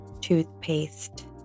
toothpaste